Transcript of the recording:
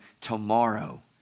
tomorrow